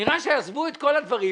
נראה שעזבו את כל הדברים,